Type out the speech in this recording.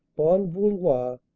bon vouloir,